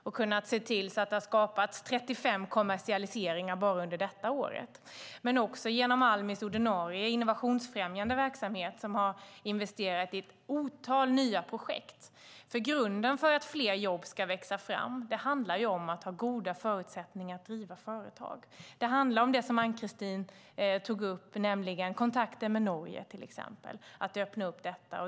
De har kunnat se till att det har skapats 35 kommersialiseringar bara under detta år. Det har också gjorts genom Almis ordinarie innovationsfrämjande verksamhet, som har investerat i ett otal nya projekt. Grunden för att fler jobb ska växa fram är nämligen att det ska finnas goda förutsättningar att driva företag. Det handlar om det Ann-Kristine tog upp, nämligen kontakter med till exempel Norge och att öppna upp detta.